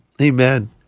Amen